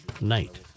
night